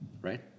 right